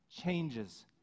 changes